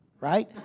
Right